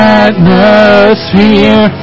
atmosphere